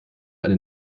eine